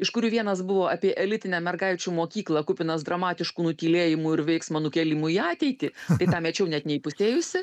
iš kurių vienas buvo apie elitinę mergaičių mokyklą kupinas dramatiškų nutylėjimų ir veiksmo nukėlimų į ateitį tai tą mečiau net neįpusėjusi